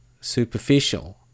superficial